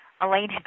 Elaine